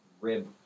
rib